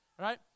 right